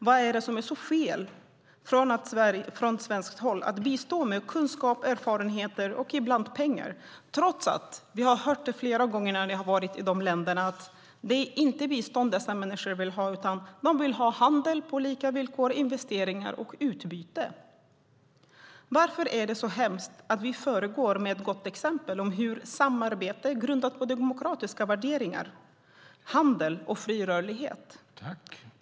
Vad är det som är så fel med att från svenskt håll bistå med kunskap, erfarenheter och ibland pengar? Trots allt har vi hört flera gånger när vi har varit i de länderna att det inte är bistånd dessa människor vill ha, utan de vill ha handel på lika villkor, investeringar och utbyte. Varför är det så hemskt att vi föregår med gott exempel när det gäller samarbete grundat på demokratiska värderingar, handel och fri rörlighet?